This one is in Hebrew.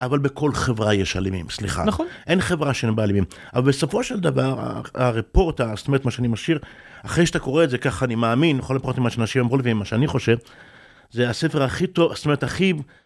אבל בכל חברה יש אלימים, סליחה. נכון. אין חברה שאין בה אלימים. אבל בסופו של דבר, הרפורטה, זאת אומרת מה שאני משאיר, אחרי שאתה קורא את זה, ככה אני מאמין, יכול להיות פחות או מלא שאנשים יאמרו לב מה שאני חושב, זה הספר הכי טוב, זאת אומרת הכי...